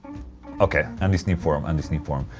okay, andy sneap forum, andy sneap forum.